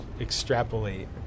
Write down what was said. extrapolate